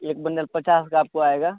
एक बंडल पचास का आपको आएगा